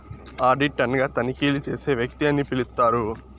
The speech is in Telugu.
ఆడిట్ అనగా తనిఖీలు చేసే వ్యక్తి అని పిలుత్తారు